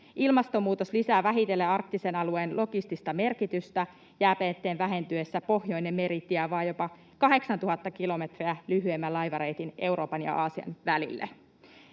Ilmastonmuutos lisää vähitellen arktisen alueen logistista merkitystä. Jääpeitteen vähentyessä Pohjoinen meritie avaa jopa 8 000 kilometriä lyhyemmän laivareitin Euroopan ja Aasian välille.